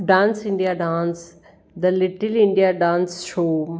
dance India dance the little India dance show